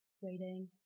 waiting